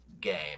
game